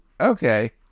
okay